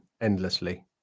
endlessly